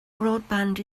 broadband